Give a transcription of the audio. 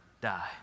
die